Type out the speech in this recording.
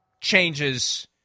changes